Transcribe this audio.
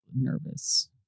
nervous